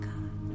God